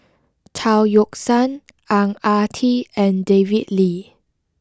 Chao Yoke San Ang Ah Tee and David Lee